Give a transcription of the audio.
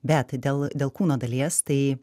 bet tai dėl dėl kūno dalies tai